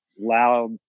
loud